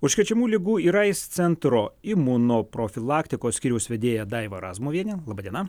užkrečiamų ligų ir aids centro imunoprofilaktikos skyriaus vedėja daiva razmuvienė laba diena